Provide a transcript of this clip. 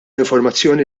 informazzjoni